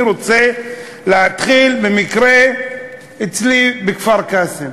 אני רוצה להתחיל במקרה אצלי בכפר-קאסם.